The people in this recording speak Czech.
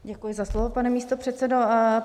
Děkuji za slovo, pane místopředsedo.